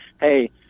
hey